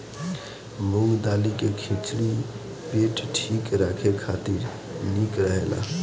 मूंग दाली के खिचड़ी पेट ठीक राखे खातिर निक रहेला